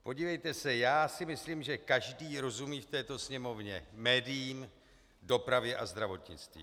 Podívejte se, já si myslím, že každý rozumí v této Sněmovně médiím, dopravě a zdravotnictví.